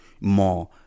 more